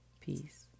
Peace